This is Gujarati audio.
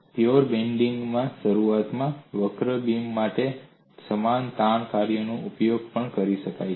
પ્યોર બેન્ડિંગ માં શરૂઆતમાં વક્ર બીમ માટે સમાન તાણ કાર્યનો ઉપયોગ પણ કરી શકાય છે